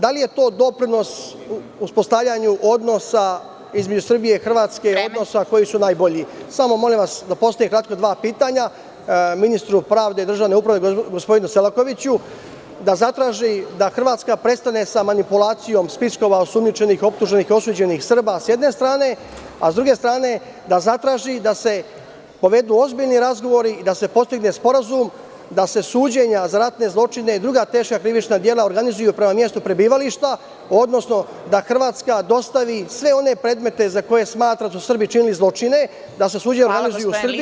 Da li je to doprinos u uspostavljanju odnosa između Srbije i Hrvatske, odnosa koji su najbolji? (Predsedavajuća: Vreme.) Molim vas, samo da postavim kratko dva pitanja ministru pravde i državne uprave, gospodinu Selakoviću, da zatraži da Hrvatska prestane sa manipulacijom spiskova osumnjičenih, optuženih i osuđenih Srba sa jedne strane, a s druge strane, da zatraži da se povedu ozbiljni razgovori i da se postigne sporazum da se suđenja za ratne zločine i druga teška krivična dela organizuju prema mestu prebivališta, odnosno da Hrvatska dostavi sve one predmete za koje smatra da su Srbi činili zločine, da se suđenje nalazi u Srbiji.